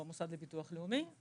הוא המוסד לביטוח לאומי.